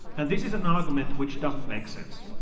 and this is an argument which doesn't make sense.